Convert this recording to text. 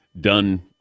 done